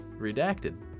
redacted